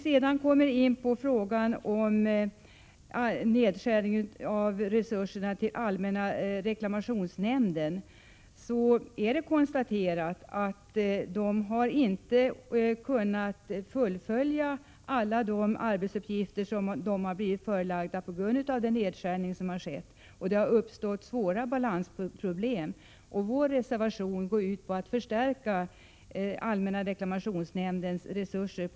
Man har konstaterat att allmänna reklamationsnämnden inte har kunnat fullfölja alla de uppgifter som den har blivit ålagd på grund av den nedskärning som har skett av dess resurser, och det har uppstått svåra balansproblem. Vår reservation går ut på att man skall förstärka allmänna reklamationsnämndens resurser.